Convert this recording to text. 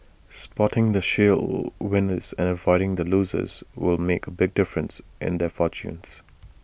spotting the shale winners and avoiding the losers will make A big difference and their fortunes